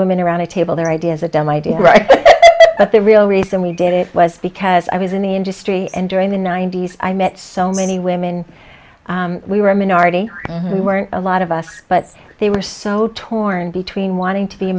women around a table their ideas a dumb idea but the real reason we did it was because i was in the industry and during the ninety's i met so many women we were a minority who weren't a lot of us but they were so torn between wanting to be